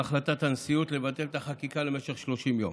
להחלטת הנשיאות לבטל את החקיקה למשך 30 יום